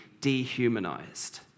dehumanized